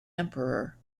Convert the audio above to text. emperor